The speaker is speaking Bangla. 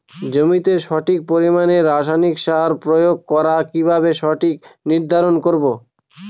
জমিতে সঠিক পরিমাণে রাসায়নিক সার প্রয়োগ করা কিভাবে সেটা নির্ধারণ করব?